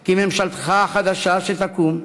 כי ממשלתך החדשה, שתקום,